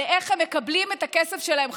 איך הם מקבלים את הכסף שלהם חזרה,